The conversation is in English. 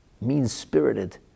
mean-spirited